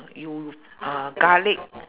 you uh garlic